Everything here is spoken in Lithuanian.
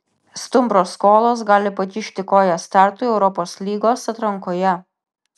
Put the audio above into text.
stumbro skolos gali pakišti koją startui europos lygos atrankoje